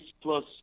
plus